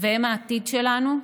והם העתיד שלנו,